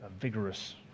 vigorous